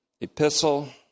epistle